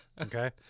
Okay